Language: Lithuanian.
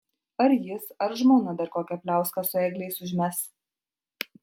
ar jis ar žmona dar kokią pliauską su ėgliais užmes